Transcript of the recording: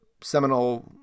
seminal